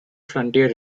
frontier